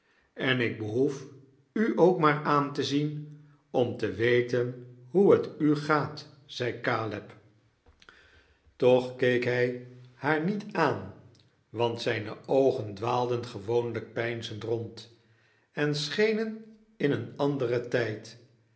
en ik behoef u ook maar aan te zien om te weten hae t u gaat zei caleb tooh keek hij liaar niet aan want zijne oogen dwaalden gewoonlijk peinzend rond en schenen in een anderen tijd